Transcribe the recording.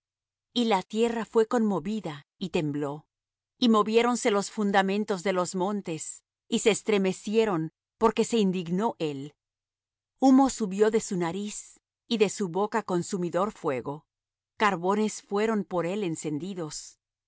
y la tierra fué conmovida y tembló y moviéronse los fundamentos de los montes y se estremecieron porque se indignó él humo subió de su nariz y de su boca consumidor fuego carbones fueron por él encendidos